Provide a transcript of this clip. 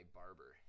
barber